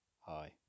Hi